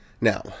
Now